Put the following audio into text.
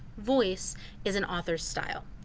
voice is an author's style.